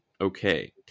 Okay